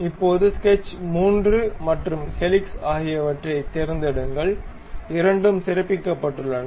இப்போது ஸ்கெட்ச் 3 மற்றும் ஹெலிக்ஸ் ஆகியவற்றைத் தேர்ந்தெடுங்கள் இரண்டும் சிறப்பிக்கப்பட்டுள்ளன